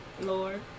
Lord